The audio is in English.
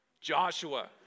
Joshua